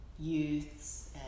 youths